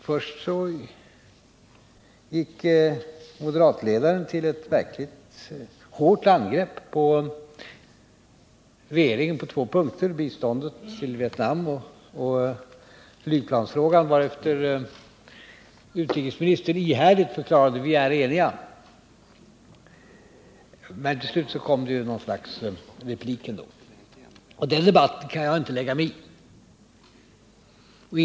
Först gick moderatledaren till ett verkligt hårt angrepp mot regeringen på två punkter — biståndet till Vietnam och flygplansfrågan — varefter utrikesministern ihärdigt förklarade att de var eniga men till slut ändå kom med något slags replik. Den debatten kan jag inte lägga mig i.